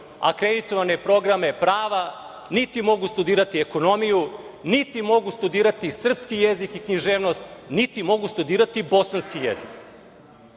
akreditovane programe prava, niti mogu studirati ekonomiju, niti mogu studirati srpski jezik i književnost, niti mogu studirati bosanski jezik.